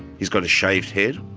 he's got a shaved head,